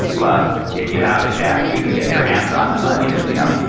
but if you have the cash, you can get your hands on them i mean, it's, you know,